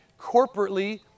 corporately